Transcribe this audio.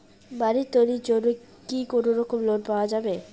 বাড়ি তৈরির জন্যে কি কোনোরকম লোন পাওয়া যাবে?